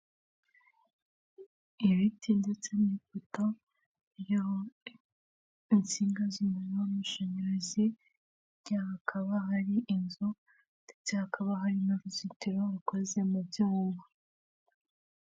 Ibiti ndetse n'ifoto iriho insinga z'umuriro w'amashanyarazi, hirya hakaba hari inzu ndetse hakaba hari n'uruzitiro rukoze mu byuma.